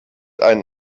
einen